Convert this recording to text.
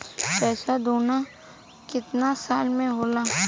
पैसा दूना कितना साल मे होला?